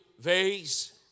vase